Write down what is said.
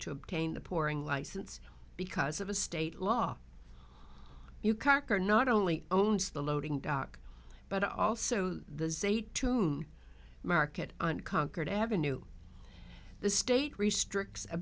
to obtain the pouring license because of a state law you caracter not only owns the loading dock but also the se to market unconquered ave the state restricts a